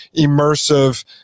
immersive